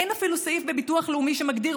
אין אפילו סעיף בביטוח לאומי שמגדיר